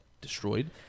destroyed